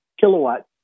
kilowatt